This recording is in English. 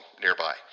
nearby